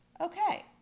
okay